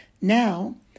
now